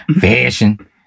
Fashion